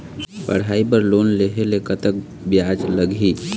पढ़ई बर लोन लेहे ले कतक ब्याज लगही?